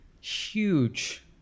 huge